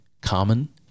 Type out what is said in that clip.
common